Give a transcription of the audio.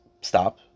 stop